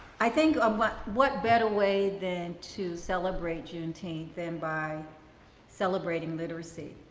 i think um what what better way than to celebrate juneteenth then by celebrating literacy.